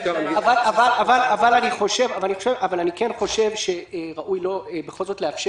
--- אני חושב שראוי בכל זאת לאפשר